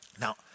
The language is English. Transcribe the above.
Now